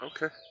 Okay